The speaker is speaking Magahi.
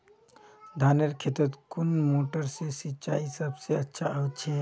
धानेर खेतोत कुन मोटर से सिंचाई सबसे अच्छा होचए?